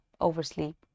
oversleep